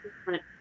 different